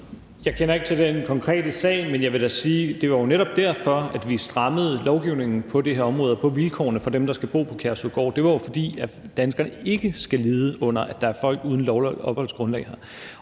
Jeg kender ikke til den konkrete sag, men jeg vil da sige, at det jo netop var derfor, at vi strammede lovgivningen på det her område og vilkårene for dem, der skal bo på Kærshovedgård. Det var jo, fordi danskerne ikke skal lide under, at der er folk uden lovligt opholdsgrundlag her.